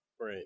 Right